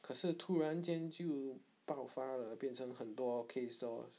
可是突然间就爆发了变成很多 case lor